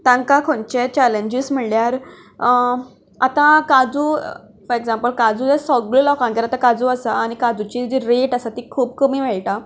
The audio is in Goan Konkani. तांकां खंयचे चॅलेंजीस म्हणल्यार आतां काजू फॉर एग्जाम्पल काजू सगळ्यां लोकांगेर आतां काजू आसा आनी काजूची जी रेट आसा ती खूब कमी मेळटा